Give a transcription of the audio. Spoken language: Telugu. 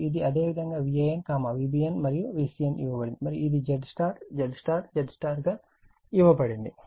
మరియు ఇది అదేవిధంగా Van Vbn మరియు Vcn ఇవ్వబడింది మరియు ఇది ZY ZY ZY ఇవ్వబడింది